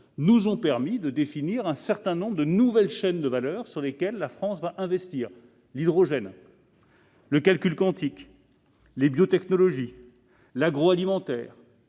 nous ont permis de définir un certain nombre de nouvelles filières dans lesquelles la France va investir : l'hydrogène, le calcul quantique, les biotechnologies, l'agroalimentaire,